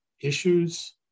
issues